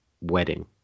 wedding